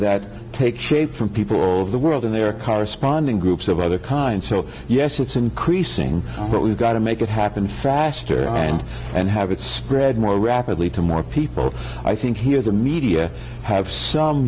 that take shape from people all over the world and their corresponding groups of other kinds so yes it's increasing but we've got to make it happen faster and have it spread more rapidly to more people i think here the media have some